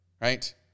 right